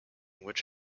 which